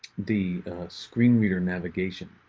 the screen reader navigation.